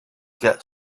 get